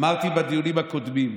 אמרתי בדיונים הקודמים: